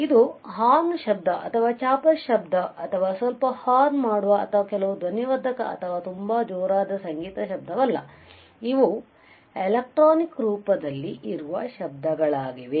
ಆದ್ದರಿಂದ ಇದು ಹಾರ್ನ್ ಶಬ್ದ ಅಥವಾ ಚಾಪರ್ ಶಬ್ದ ಅಥವಾ ಸ್ವಲ್ಪ ಹಾರ್ನ್ ಮಾಡುವ ಅಥವಾ ಕೆಲವು ಧ್ವನಿವರ್ಧಕ ಅಥವಾ ತುಂಬಾ ಜೋರಾದ ಸಂಗೀತದ ಶಬ್ದವಲ್ಲ ಇವು ಎಲೆಕ್ಟ್ರಾನಿಕ್ ರೂಪದಲ್ಲಿ ಇರುವ ಶಬ್ದಗಳಾಗಿವೆ